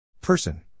Person